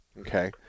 Okay